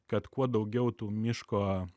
kad kuo daugiau tų miško